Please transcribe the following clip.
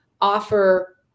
offer